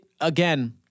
again